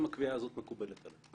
האם הקביעה הזאת מקובלת עליו.